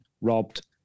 robbed